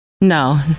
no